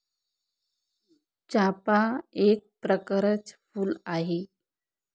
चाफा एक प्रकरच फुल आहे